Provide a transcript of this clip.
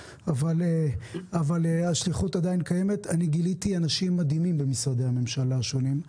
אך השליחות עדיין קיימת אנשים מדהימים במשרדי הממשלה השונים.